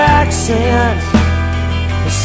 accent